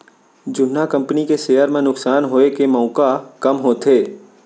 जुन्ना कंपनी के सेयर म नुकसान होए के मउका कम होथे